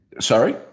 Sorry